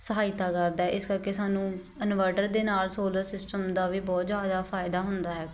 ਸਹਾਇਤਾ ਕਰਦਾ ਹੈ ਇਸ ਕਰਕੇ ਸਾਨੂੰ ਇਨਵਰਟਰ ਦੇ ਨਾਲ਼ ਸੋਲਰ ਸਿਸਟਮ ਦਾ ਵੀ ਬਹੁਤ ਜ਼ਿਆਦਾ ਫਾਇਦਾ ਹੁੰਦਾ ਹੈ